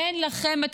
אין לכם את